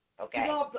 okay